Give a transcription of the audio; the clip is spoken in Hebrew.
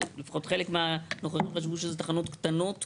לפחות חלק מהנוכחים חשבו שזה תחנות קטנות מידי.